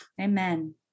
Amen